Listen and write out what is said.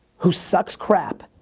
who sucks crap.